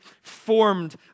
formed